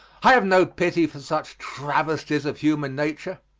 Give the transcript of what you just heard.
i have no pity for such travesties of human nature.